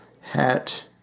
hat